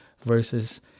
versus